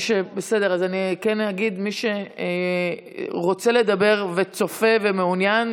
כן אגיד שמי רוצה לדבר וצופה ומעוניין,